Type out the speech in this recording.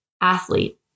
athlete